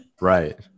Right